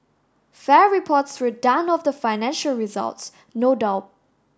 fair reports were done of the financial results no doubt